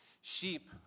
sheep